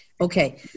Okay